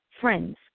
Friends